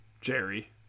Jerry